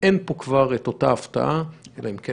אין פה כבר את אותה הפתעה אלא אם כן